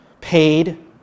paid